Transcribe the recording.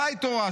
חי תורה,